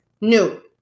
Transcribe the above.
new